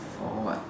for what